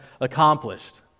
accomplished